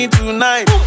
tonight